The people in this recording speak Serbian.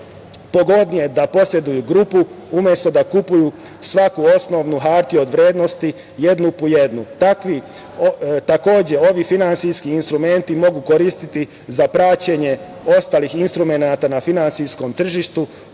pogodnije da poseduju grupu, umesto da kupuju svaku osnovnu hartiju od vrednosti jednu po jednu. Takođe, ovi finansijski instrumenti mogu se koristiti za praćenje ostalih instrumenata na finansijskom tržištu,